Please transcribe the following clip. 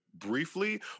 briefly